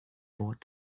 bought